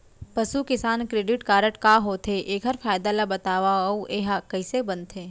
पसु किसान credit card का होथे, एखर फायदा ला बतावव अऊ एहा कइसे बनथे?